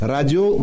Radio